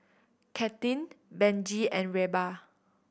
Kathlene Benji and Reba